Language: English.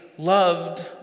loved